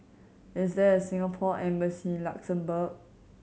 is there a Singapore Embassy in Luxembourg